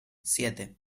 siete